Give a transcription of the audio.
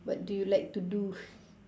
what do you like to do